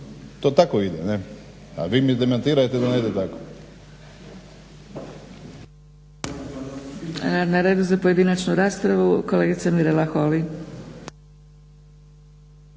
To tako ide, a vi mi demantirajte da ne ide tako.